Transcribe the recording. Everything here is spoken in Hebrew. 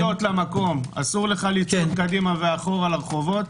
אסור לך לצעוד קדימה ואחורה לרחובות.